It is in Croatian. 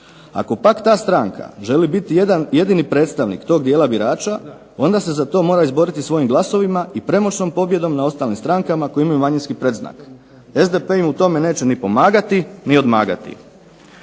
Ako pak ta stranka želi biti jedini predstavnik tog dijela birača onda se za to mora izboriti svojim glasovima i premoćnom pobjedom nad ostalim strankama koje imaju manjinski predznak. SDP im u tome neće ni pomagati ni odmagati.